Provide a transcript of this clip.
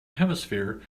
hemisphere